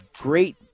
great